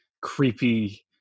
creepy